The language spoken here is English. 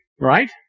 right